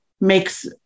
makes